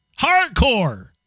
hardcore